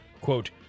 quote